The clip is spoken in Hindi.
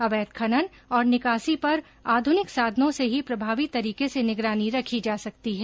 अवैध खनन और निकासी पर आध्निक साधनों से ही प्रभावी तरीके से निगरानी रखी जा सकती है